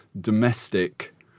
domestic